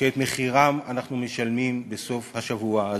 שאת מחירם אנחנו משלמים בסוף השבוע הזה.